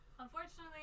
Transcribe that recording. Unfortunately